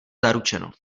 zaručeno